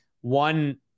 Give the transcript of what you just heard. one